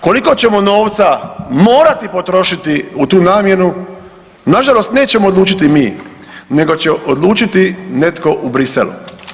Koliko ćemo novca morati potrošiti u tu namjenu na žalost nećemo odlučiti mi, nego će odlučiti netko u Bruxellesu.